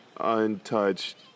untouched